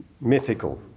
mythical